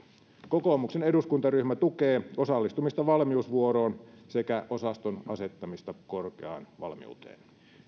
kokoomuksen eduskuntaryhmä tukee osallistumista valmiusvuoroon sekä osaston asettamista korkeaan valmiuteen